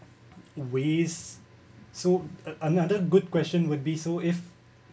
ways so another good question would be so if